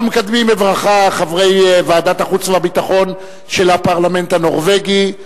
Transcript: אנחנו מקדמים בברכה את חברי ועדת החוץ והביטחון של הפרלמנט הנורבגי,